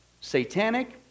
satanic